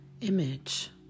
Image